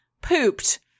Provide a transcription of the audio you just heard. pooped